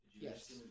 Yes